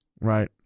right